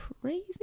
crazy